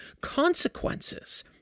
consequences